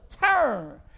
turn